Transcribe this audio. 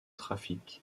trafic